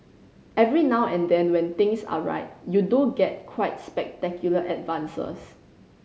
every now and then when things are right you do get quite spectacular advances